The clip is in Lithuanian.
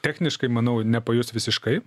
techniškai manau nepajus visiškai